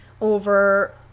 over